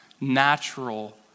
natural